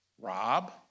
Rob